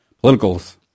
politicals